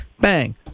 bang